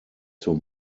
zur